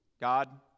God